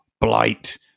blight